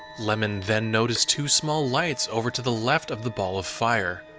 lemon then noticed two small lights over to the left of the ball of fire,